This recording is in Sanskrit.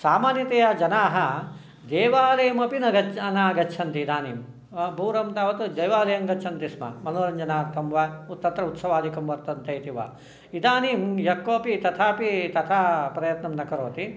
सामान्तया जनाः देवालयमपि न न गच्छन्ति इदानीं पूर्वं तावत् देवालयं गच्छन्ति स्म मनोरञ्जनार्थं वा उत तत्र उत्सवादिकं वर्तन्ते इति वा इदानीं यः कोपि तथापि तथा प्रयत्नं न करोति